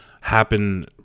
happen